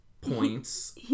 points